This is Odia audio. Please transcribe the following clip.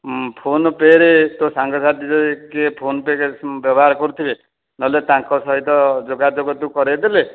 ଫୋନ୍ ପେରେ ତୋ ସାଙ୍ଗସାଥି ଯଦି କିଏ ଫୋନ୍ ପେ ବ୍ୟବହାର କରୁଥିବେ ନହେଲେ ତାଙ୍କ ସହିତ ଯୋଗାଯୋଗ ତୁ କରେଇଦେଲେ